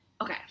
Okay